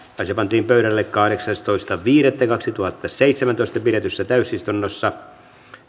asia pantiin kahdeksastoista viidettä kaksituhattaseitsemäntoista pidetyssä täysistunnossa